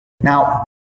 Now